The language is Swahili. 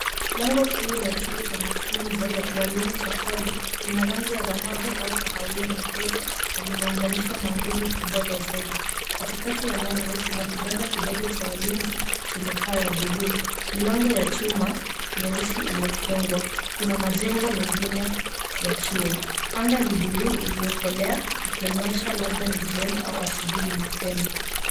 Lango kuu la chuo cha mafunzo ya ualimu cha kwale, lina rangi ya dhahabu au kahawia nyepesi na limeunganishwa na nguzo kubwa za zege, katikati ya lango kuna kibanda kidogo cha walinzi chenye paa ya buluu, milango ya chuma nyeusi imefungwa , kuna majengo mwengine ya chuo. Anga ni buluu iliyokolea ikionyesha labda ni jioni au asubui na mapema